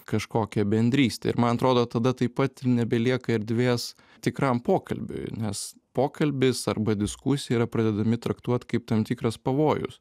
kažkokią bendrystę ir man atrodo tada taip pat nebelieka erdvės tikram pokalbiui nes pokalbis arba diskusija yra pradedami traktuot kaip tam tikras pavojus